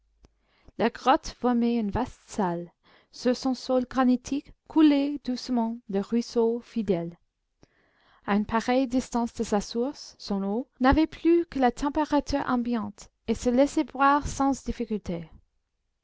la grotte formait une vaste salle sur son sol granitique coulait doucement le ruisseau fidèle a une pareille distance de sa source son eau n'avait plus que la température ambiante et se laissait boire sans difficulté